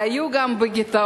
והיו גם בגטאות,